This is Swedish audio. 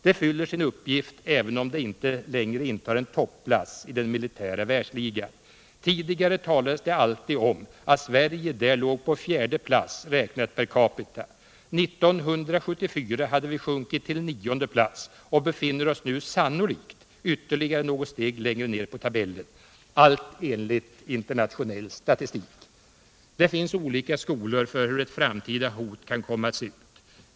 Det fyller sin uppgift, även om det inte längre intar en topplats i den militära världsligan. Tidigare talades det alltid omaatt Sverige där låg på fjärde plats, räknat per capita. 1974 hade vi sjunkit till nionde plats och befinner oss nu sannolikt ytterligare något steg längre ner på tabellen. Allt enligt internationell statistik. Det finns olika skolor för hur ett framtida hot kan komma att se ut.